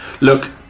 Look